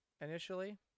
initially